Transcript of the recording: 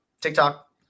TikTok